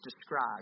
described